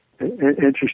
interesting